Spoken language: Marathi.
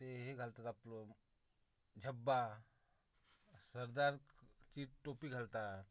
ते हे घालतात आपलं झब्बा सरदारची टोपी घालतात